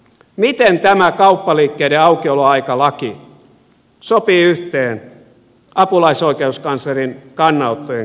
miten tämä kauppaliikkeiden aukioloaikalaki sopii yhteen apulaisoikeuskanslerin kannanottojen kanssa